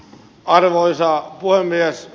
arvoisa puhemies